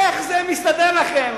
איך זה מסתדר לכם?